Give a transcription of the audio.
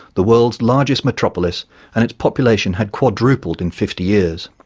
the world's largest metropolis and its population had quadrupled in fifty years.